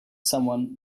someone